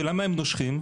למה הם נושרים?